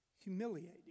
humiliating